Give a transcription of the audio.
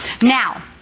Now